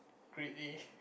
grade A